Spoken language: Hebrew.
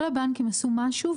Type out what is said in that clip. כל הבנקים עשו משהו,